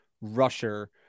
rusher